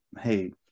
hey